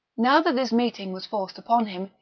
now that this meeting was forced upon him,